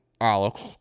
Alex